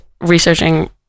researching